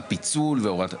הפיצול והוראת שעה.